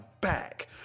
back